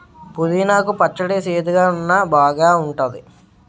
పుదీనా కు పచ్చడి సేదుగున్నా బాగేఉంటాది